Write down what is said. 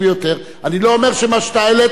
אני לא אומר שמה שהעלית הוא לא רציני,